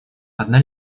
одна